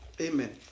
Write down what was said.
Amen